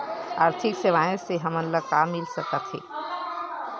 आर्थिक सेवाएं से हमन ला का मिल सकत हे?